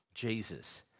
Jesus